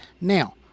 Now